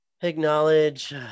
acknowledge